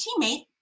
teammate